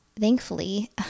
Thankfully